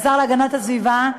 השר להגנת הסביבה,